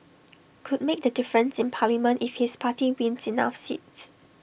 could make the difference in parliament if his party wins enough seats